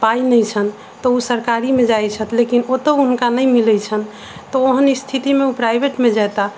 पाइ नहि छनि तऽ ओ सरकारीमे जाइत छथि लेकिन ओतहुँ हुनका नहि मिलैत छनि तऽ ओहन स्थितिमे ओ प्राइभेटमे जेता